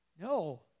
No